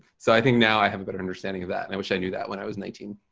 so i think now i have a better understanding of that and i wish i knew that when i was nineteen.